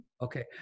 Okay